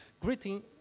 greeting